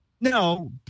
No